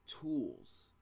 tools